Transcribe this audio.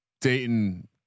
Dayton